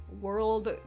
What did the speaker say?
world